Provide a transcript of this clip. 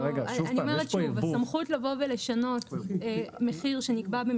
הסמכות לבוא ולשנות מחיר שנקבע במכרז